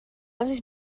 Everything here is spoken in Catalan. les